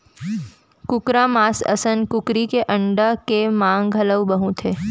कुकरा मांस असन कुकरी के अंडा के मांग घलौ बहुत हे